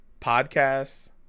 Podcasts